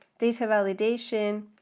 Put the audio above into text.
data validation,